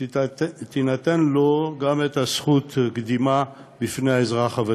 תינתן לו זכות הקדימה לפני האזרח הוותיק.